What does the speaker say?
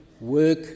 work